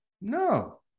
No